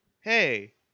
hey